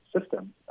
system